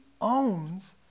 owns